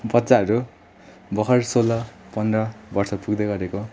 बच्चाहरू भर्खर सोह्र पन्ध्र वर्ष पुग्दै गरेको